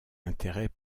intérêt